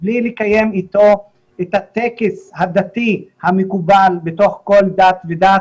בלי לקיים איתו את הטקס הדתי המקובל בתוך כל דת ודת.